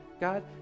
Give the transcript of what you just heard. God